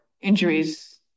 injuries